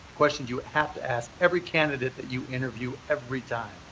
questions you have to ask every candidate that you interview every time.